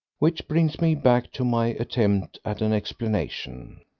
which brings me back to my attempt at an explanation.